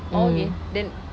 oh okay then